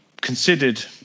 considered